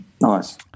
nice